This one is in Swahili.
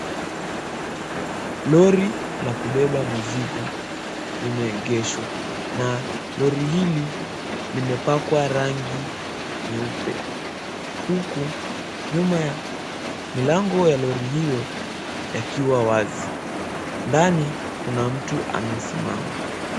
Lori la kubeba mizigo limeegeshwa, na lori hili limepakwa rangi nyeupe huku nyuma ya milango ya lori hiyo yakiwa wazi. Ndani kuna mtu amesimama.